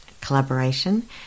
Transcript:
collaboration